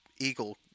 Eagle